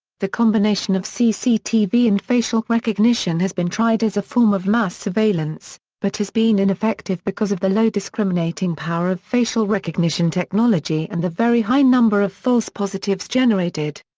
the combination of cctv and facial recognition has been tried as a form of mass surveillance, but has been ineffective because of the low discriminating power of facial recognition technology and the very high number of false positives generated.